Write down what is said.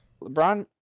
LeBron